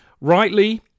Rightly